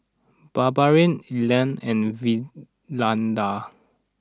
Barbara Elna and Valinda